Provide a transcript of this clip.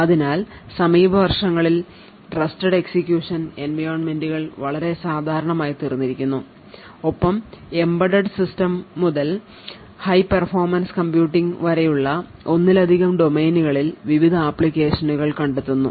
അതിനാൽ സമീപ വർഷങ്ങളിൽ ട്രസ്റ്റഡ് എക്സിക്യൂഷൻ എൻവയോൺമെന്റുകൾ വളരെ സാധാരണമായിത്തീർന്നിരിക്കുന്നു ഒപ്പം embedded സിസ്റ്റം മുതൽ high performance computing വരെയുള്ള ഒന്നിലധികം ഡൊമെയ്നുകളിൽ വിവിധ ആപ്ലിക്കേഷനുകൾ കണ്ടെത്തുന്നു